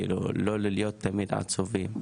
כאילו לא להיות תמיד עצובים,